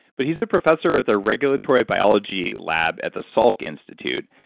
but he's a professor at the regulatory of biology lab at the salk institute.